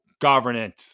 governance